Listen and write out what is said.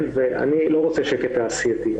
אני לא רוצה שקט תעשייתי.